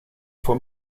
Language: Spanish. fue